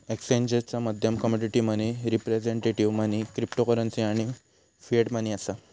एक्सचेंजचा माध्यम commodity money, representative money, cryptocurrency आणि फिएट मनी असा